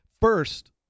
First